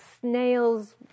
snails